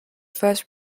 first